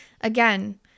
again